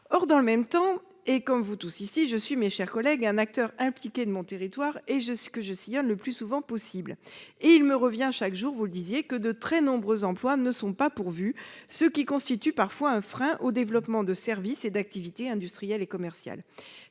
travail ». Or, comme vous tous ici, mes chers collègues, je suis un acteur impliqué de mon territoire, que je sillonne le plus souvent possible. Il me revient chaque jour que de très nombreux emplois ne sont pas pourvus, ce qui constitue parfois un frein au développement de services et d'activités industrielles et commerciales.